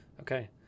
Okay